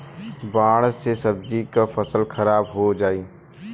बाढ़ से सब्जी क फसल खराब हो जाई